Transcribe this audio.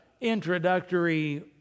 introductory